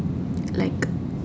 like